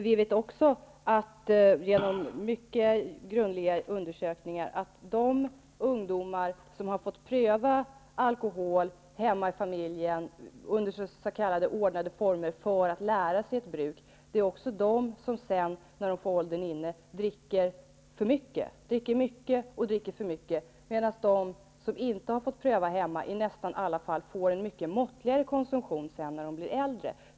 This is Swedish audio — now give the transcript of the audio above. Vi vet också, genom mycket grundliga undersökningar, att de ungdomar som har fått pröva alkohol hemma i familjen under s.k. ordnade former för att lära sig ett bruk är de som sedan, när de får åldern inne, dricker mycket och dricker för mycket, medan de som inte har fått pröva hemma i nästan alla fall får en mycket måttligare konsumtion när de blir äldre.